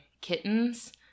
kittens